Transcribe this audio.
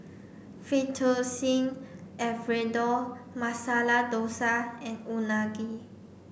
Fettuccine Alfredo Masala Dosa and Unagi